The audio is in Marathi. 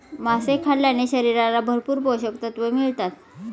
मासे खाल्ल्याने शरीराला भरपूर पोषकतत्त्वे मिळतात